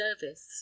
service